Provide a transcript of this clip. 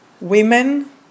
women